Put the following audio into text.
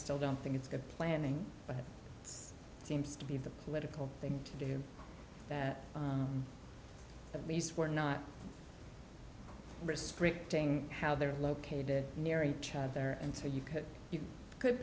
still don't think it's good planning but it's seems to be the political thing to do that at least we're not prescriptive how they're located near each other and so you could you could